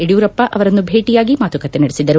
ಯಡಿಯೂರಪ್ಪ ಅವರನ್ನು ಭೇಟಿಯಾಗಿ ಮಾತುಕತೆ ನಡೆಸಿದರು